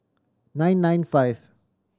nine nine five